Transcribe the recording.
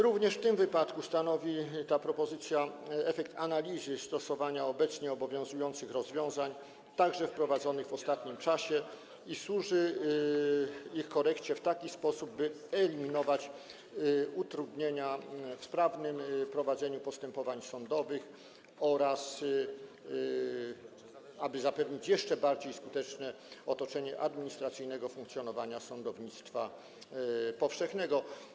Również w tym wypadku ta propozycja stanowi efekt analizy stosowania obecnie obowiązujących rozwiązań, także wprowadzonych w ostatnim czasie, i służy ich korekcie w taki sposób, by można było wyeliminować utrudnienia w sprawnym prowadzeniu postępowań sądowych oraz zapewnić jeszcze skuteczniejsze otoczenie administracyjnego funkcjonowania sądownictwa powszechnego.